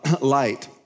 light